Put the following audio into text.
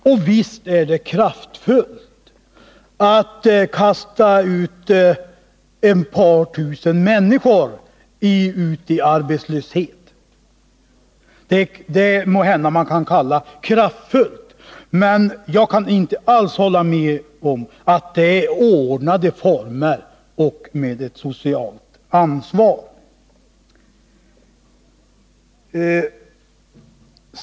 Och måhända kan man kalla det kraftfullt att kasta ut ett par tusen människor i arbetslöshet, men jag kan inte alls hålla med om att omstruktureringen på det sättet sker i ordnade former och under socialt ansvar.